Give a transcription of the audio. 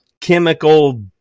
chemical